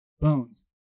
Bones